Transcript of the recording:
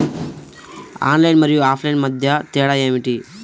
Online మరియు offline మధ్య తేడా ఏమిటీ?